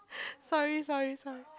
sorry sorry sorry